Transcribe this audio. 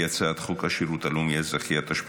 ההצעה להעביר את הצעת חוק שירות לאומי-אזרחי (תיקון מס' 6),